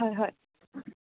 হয় হয়